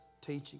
teaching